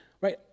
right